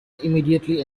immediately